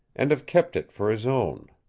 and have kept it for his own.